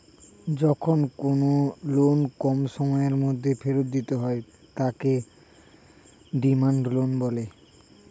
যখন কোনো লোন কম সময়ের মধ্যে ফেরত দিতে হয় তাকে ডিমান্ড লোন বলে